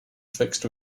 fixed